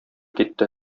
китте